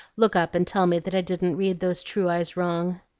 look up and tell me that i didn't read those true eyes wrong.